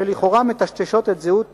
שלכאורה מטשטשות את זהות